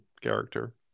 character